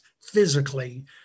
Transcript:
physically